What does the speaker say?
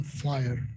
fire